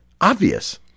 obvious